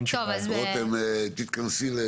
רותם תתכנסי.